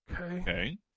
Okay